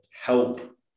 help